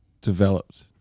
developed